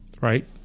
right